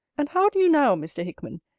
and how do you now, mr. hickman?